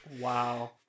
Wow